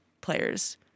players